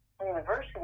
university